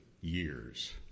years